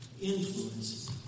influence